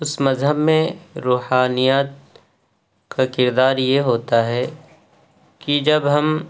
اس مذہب میں روحانیت کا کردار یہ ہوتا ہے کہ جب ہم